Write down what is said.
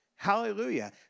Hallelujah